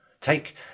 Take